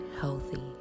healthy